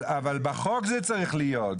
אבל בחוק זה צריך להיות,